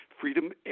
freedom